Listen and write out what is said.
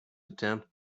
attempt